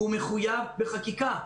הוא מחויב בחקיקה.